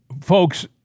folks